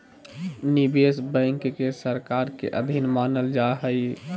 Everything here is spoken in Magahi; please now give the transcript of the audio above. निवेश बैंक के सरकार के अधीन मानल जा हइ